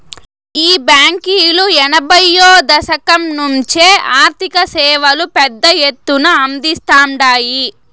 ఈ బాంకీలు ఎనభైయ్యో దశకం నుంచే ఆర్థిక సేవలు పెద్ద ఎత్తున అందిస్తాండాయి